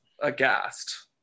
aghast